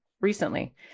recently